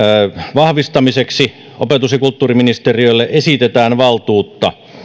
vahvistamiseksi opetus ja kulttuuriministeriölle esitetään valtuutta